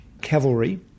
cavalry